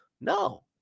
No